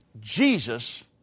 Jesus